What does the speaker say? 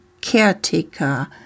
caretaker